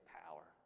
power